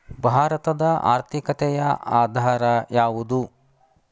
ಭಾರತದ ಆರ್ಥಿಕತೆಯ ಆಧಾರ ಯಾವುದು?